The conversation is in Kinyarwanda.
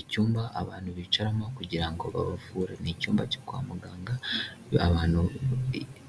Icyumba abantu bicaramo kugira ngo babavure ni icyumba cyo kwa muganga abantu